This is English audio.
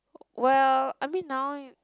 well I mean now